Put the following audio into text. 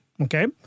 Okay